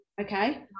okay